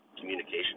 communication